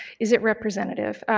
is it representative?